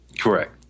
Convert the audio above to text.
Correct